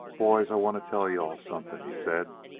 boys, i want to tell you-all something, he said.